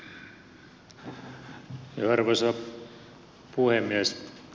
arvoisa puhemies